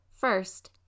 First